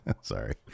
Sorry